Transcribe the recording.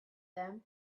them